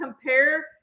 compare –